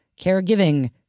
caregiving